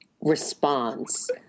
response